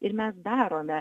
ir mes darome